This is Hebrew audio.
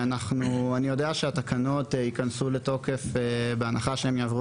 אני יודע שהתקנות ייכנסו לתוקף בהנחה שהן יעברו